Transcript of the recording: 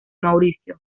mauricio